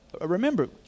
remember